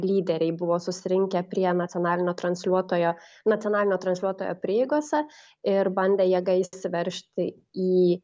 lyderiai buvo susirinkę prie nacionalinio transliuotojo nacionalinio transliuotojo prieigose ir bandė jėga įsiveržti į